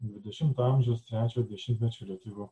dvidešimtojo amžiaus trečio dešimtmečio lietuvių